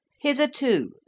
Hitherto